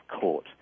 court